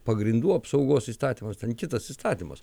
pagrindų apsaugos įstatymas ten kitas įstatymas